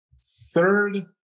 third